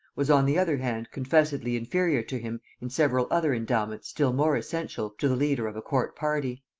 was on the other hand confessedly inferior to him in several other endowments still more essential to the leader of a court party.